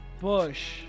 Bush